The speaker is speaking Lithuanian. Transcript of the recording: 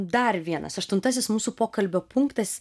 dar vienas aštuntasis mūsų pokalbio punktas